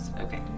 Okay